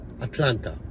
Atlanta